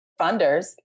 funders